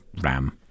Ram